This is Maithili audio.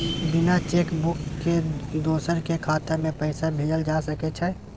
बिना चेक बुक के दोसर के खाता में पैसा भेजल जा सकै ये?